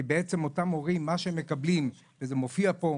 כי מה שאותם הורים מקבלים זה הדרכה,